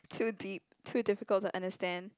too deep too difficult to understand